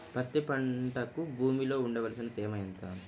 పత్తి పంటకు భూమిలో ఉండవలసిన తేమ ఎంత?